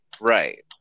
Right